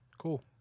Cool